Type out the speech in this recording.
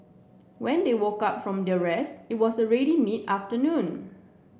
when they woke up from their rest it was already mid afternoon